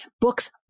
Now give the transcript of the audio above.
books